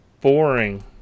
boring